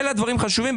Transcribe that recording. אלה דברים חשובים,